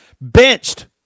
benched